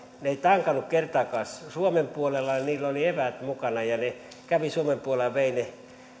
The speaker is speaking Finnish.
eivät tankanneet kertaakaan suomen puolella niillä oli eväät mukana ja ne kävivät suomen puolella ja veivät ne